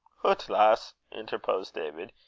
lass! interposed david,